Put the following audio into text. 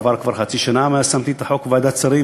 עברה כבר חצי שנה מאז שמתי את החוק בוועדת שרים,